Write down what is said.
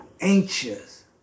anxious